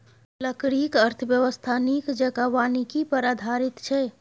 लकड़ीक अर्थव्यवस्था नीक जेंका वानिकी पर आधारित छै